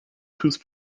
whose